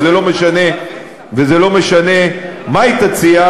וזה לא משנה מה היא תציע,